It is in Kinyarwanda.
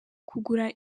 kugura